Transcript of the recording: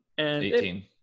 Eighteen